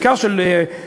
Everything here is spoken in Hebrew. בעיקר של BDS,